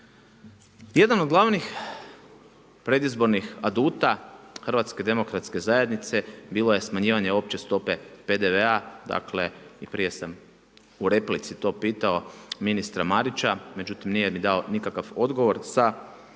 Jedan od glavnih predizbornih aduta HDZ-a bilo je smanjivanje opće stope PDV-a, dakle i prije sam u replici to pitao ministra Marića, međutim nije mi dao nikakav odgovor sa stope 25% znači